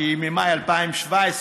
היא ממאי 2017,